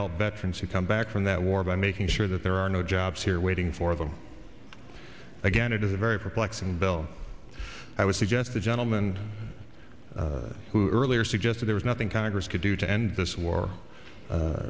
who come back from that war by making sure that there are no jobs here waiting for them again it is a very perplexing bill i would suggest the gentleman who earlier suggested there is nothing congress could do to end this war a